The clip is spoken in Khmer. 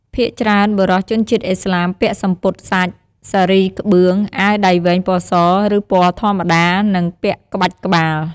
ភាគច្រើន បុរសជនជាតិឥស្លាមពាក់សំពត់សាច់ សារីក្បឿង អាវដៃវែងពណ៌ស ឬ ពណ៌ធម្មតា និងពាក់ក្បាច់ក្បាល។